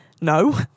no